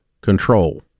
control